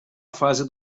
fase